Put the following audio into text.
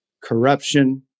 corruption